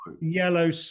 yellow